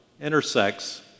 intersects